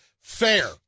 fair